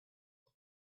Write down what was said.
have